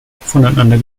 voneinander